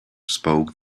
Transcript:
spoke